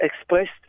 expressed